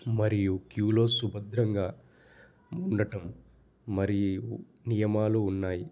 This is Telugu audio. మరియు క్యూలో శుభద్రంగా ఉండటం మరియు నియమాలు ఉన్నాయి